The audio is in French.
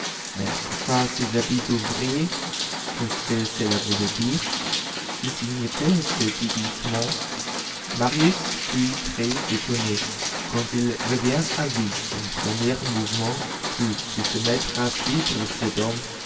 mais pourquoi ces habits d'ouvrier qu'est-ce que cela voulait dire que signifiait ce déguisement marius fut très étonné quand il revint à lui son premier mouvement fut de se mettre à suivre cet homme